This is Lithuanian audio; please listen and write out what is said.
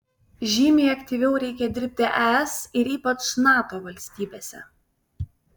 žymiai aktyviau reikia dirbti es ir ypač nato valstybėse